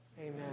Amen